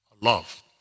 Love